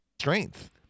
strength